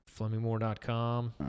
Flemingmore.com